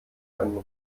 einen